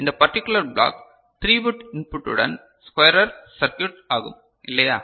இந்த particular block 3 bit இன்புட்டின் squarer circuit ஆகும் இல்லையா